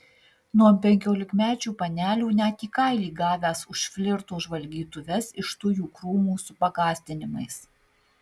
nuo penkiolikmečių panelių net į kailį gavęs už flirto žvalgytuves iš tujų krūmų su pagąsdinimais